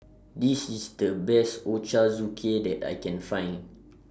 This IS The Best Ochazuke that I Can Find